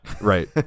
Right